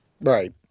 Right